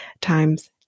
times